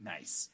Nice